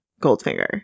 Goldfinger